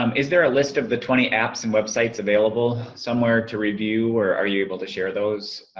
um is there a list of the twenty apps and websites available somewhere to review, or are you able to share those?